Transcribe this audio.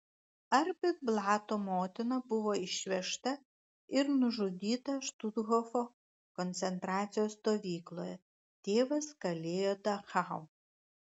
arbit blato motina buvo išvežta ir nužudyta štuthofo koncentracijos stovykloje tėvas kalėjo dachau